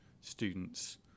students